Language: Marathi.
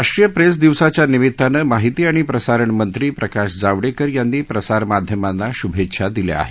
राष्ट्रीय प्रेस दिवसाच्या निमित्तानं माहिती आणि प्रसारण मंत्री प्रकाश जावडेकर यांनी प्रसार माध्यमांना शुभेच्छा दिल्या आहेत